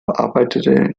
arbeitete